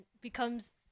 becomes